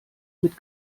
mit